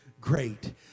great